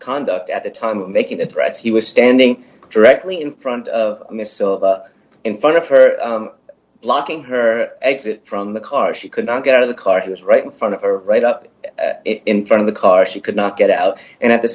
conduct at the time of making the threats he was standing directly in front of miss in front of her blocking her exit from the car she could not get out of the car he was right in front of her right up in front of the car she could not get out and at the